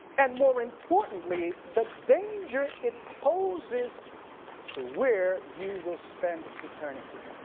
and more importantly the danger it poses to where you will spend eternity.